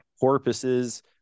porpoises